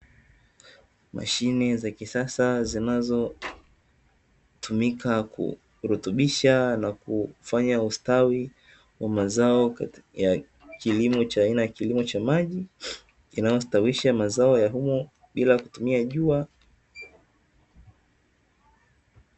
Mashine za kisasa zinazotumika kurutubisha na kufanya ustawi wa mazao ya kilimo cha aina ya kilimo cha maji yanayostawisha mazao ya humo bila kutumia jua.